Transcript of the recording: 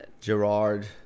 Gerard